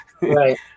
right